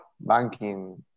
banking